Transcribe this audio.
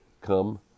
come